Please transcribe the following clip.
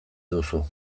duzu